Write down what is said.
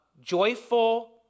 joyful